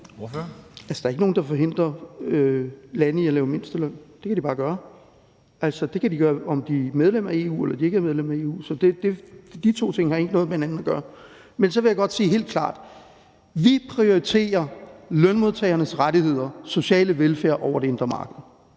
der er ikke nogen, der forhindrer lande i at indføre mindsteløn. Det kan de bare gøre. Det kan de gøre, hvad enten de er medlem af EU eller ikke er medlem af EU. Så de to ting har ikke noget med hinanden at gøre. Men så vil jeg godt sige helt klart: Vi prioriterer lønmodtagernes rettigheder, sociale velfærd og demokratiske